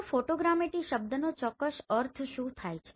તો ફોટોગ્રામેટ્રી શબ્દનો ચોક્કસ અર્થ શું થાય છે